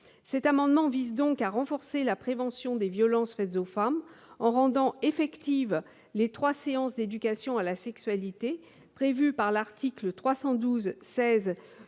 Cet amendement vise donc à renforcer la prévention des violences faites aux femmes en rendant effectives les trois séances d'éducation à la sexualité prévues par l'article L. 312-16